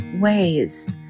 ways